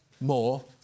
more